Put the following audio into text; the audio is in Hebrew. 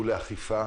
הוא לאכיפה,